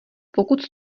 pokud